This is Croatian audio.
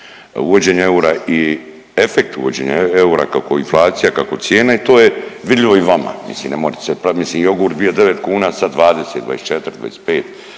uvođenje eura i efekt uvođenja eura kako inflacija, kako cijene. To je vidljivo i vama. Mislim ne morate se pravit. Mislim jogurt je bija 9 kuna, sad 20, 24, 25.